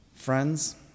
Friends